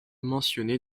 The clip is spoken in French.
mentionnée